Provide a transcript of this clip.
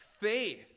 faith